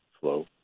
flow